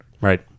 right